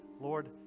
Lord